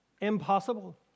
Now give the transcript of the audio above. impossible